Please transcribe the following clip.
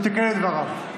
הוא תיקן את דבריו.